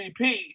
MVP